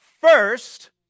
first